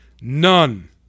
none